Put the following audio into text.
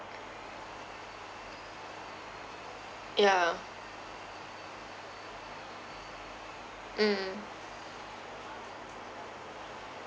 yeah mm